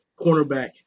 cornerback